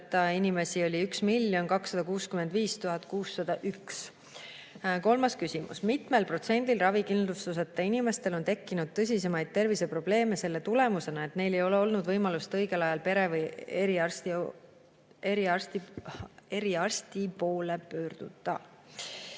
inimesi oli 1 265 601. Kolmas küsimus: "Mitmel protsendil ravikindlustuseta inimestel on tekkinud tõsisemaid terviseprobleeme selle tulemusena, et neil ei ole olnud võimalust õigel ajal pere‑ või eriarsti poole pöörduda?"